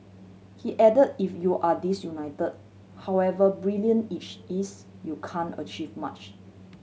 he add if you're disunited however brilliant each is you can achieve much